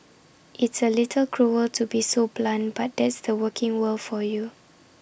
it's A little cruel to be so blunt but that's the working world for you